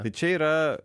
tai čia yra